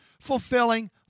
fulfilling